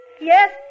Yes